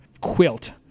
quilt